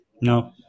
No